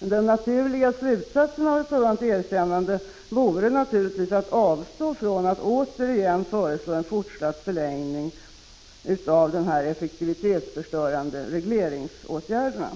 Men den naturliga slutsatsen av ett sådant erkännande vore naturligtvis att avstå från att återigen föreslå en fortsatt förlängning av de effektivitetsförstörande regleringsåtgärderna.